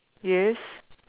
yes